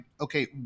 okay